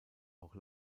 auch